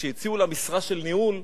כשהציעו לה משרה של ניהול,